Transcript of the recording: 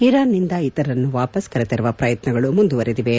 ಇರಾನ್ನಿಂದ ಇತರರನ್ನು ವಾಪಾಸ್ ಕರೆತರುವ ಪ್ರಯತ್ನಗಳು ಮುಂದುವರೆದಿವೆ